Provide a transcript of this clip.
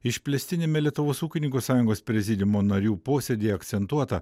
išplėstiniame lietuvos ūkininkų sąjungos prezidiumo narių posėdyje akcentuota